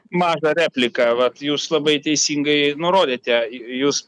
mažą repliką vat jūs labai teisingai nurodėte jūs